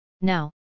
Now